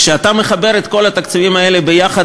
כשאתה מחבר את כל התקציבים האלה יחד,